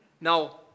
Now